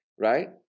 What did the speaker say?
right